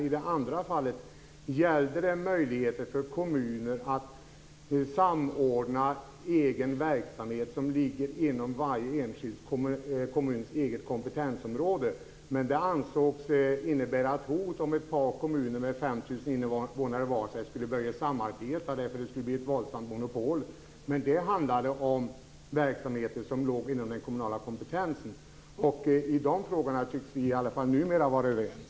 I det andra fallet gällde det möjligheter för kommuner att samordna egen verksamhet som ligger inom varje enskild kommuns egna kompetensområde. Det ansågs innebära ett hot om ett par kommuner med vardera 5 000 invånare skulle börja samarbeta - det skulle bli monopol. Det handlade om verksamheter som låg inom den kommunala kompetensen. I de frågorna tycks vi numera vara överens.